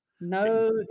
No